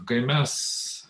kai mes